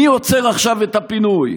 מי עוצר עכשיו את הפינוי?